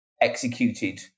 executed